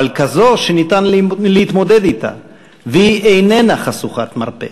אבל כזו שניתן להתמודד אתה והיא איננה חשוכת מרפא.